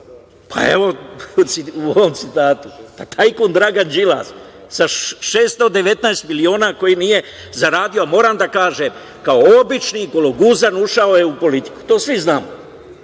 Pa evo u ovom citatu. Tajkun Dragan Đilas sa 619 miliona koje nije zaradio, a moram da kažem, kao obični gologuzan, ušao je u politiku. To svi znamo. Šta